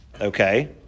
Okay